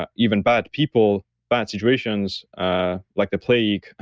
ah even bad people, bad situations ah like the plague,